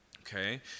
Okay